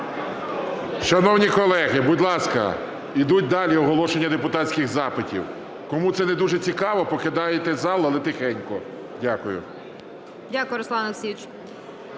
Шановні колеги, будь ласка, йдуть далі оголошення депутатських запитів. Кому це не дуже цікаво, покидаєте зал, але тихенько. Дякую.